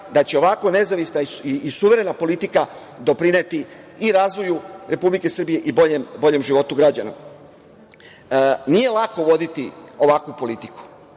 da će ovako nezavisna i suverena politika doprineti i razvoju Republike Srbije i boljem životu građana. Nije lako voditi ovakvu politiku.